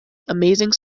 amazing